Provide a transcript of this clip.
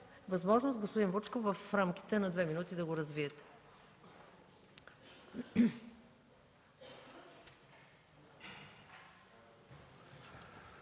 възможност, господин Вучков, в рамките на две минути да го развиете.